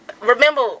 Remember